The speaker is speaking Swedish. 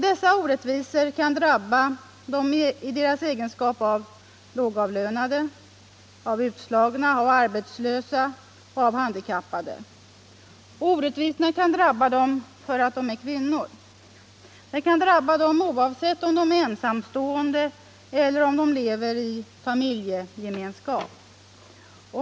Dessa orättvisor kan drabba människorna i deras egenskap av lågavlönade, utslagna, arbetslösa eller handikappade. Orättvisorna kan drabba dem därför att de är kvinnor. Man kan drabbas oavsett om man är ensamstående eller lever i en familjegemenskap.